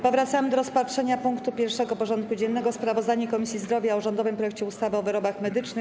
Powracamy do rozpatrzenia punktu 1. porządku dziennego: Sprawozdanie Komisji Zdrowia o rządowym projekcie ustawy o wyrobach medycznych.